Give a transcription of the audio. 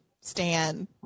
stan